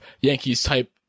Yankees-type